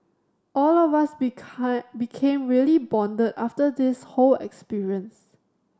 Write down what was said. all of us become became really bonded after this whole experience